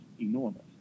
enormous